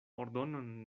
ordonon